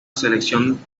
selección